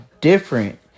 different